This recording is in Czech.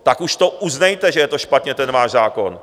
Tak už to uznejte, že je to špatně, ten váš zákon.